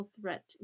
threat